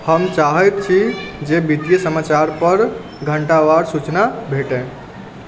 हम चाहैत छी जे वित्तीय समाचार पर घण्टावार सूचना भेटैत